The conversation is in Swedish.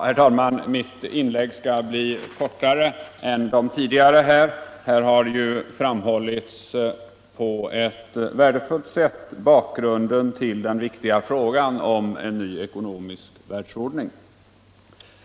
Herr talman! Mitt inlägg skall bli kortare än de tidigare. Här har på ett värdefullt sätt framhållits bakgrunden till den viktiga frågan om en ny ekonomisk världsordning.